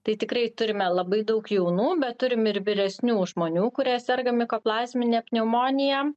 tai tikrai turime labai daug jaunų bet turim ir vyresnių žmonių kurie serga mikoplazmine pneumonija